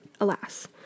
alas